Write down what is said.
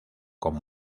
con